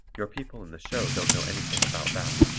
your people in the show don't know anything about that,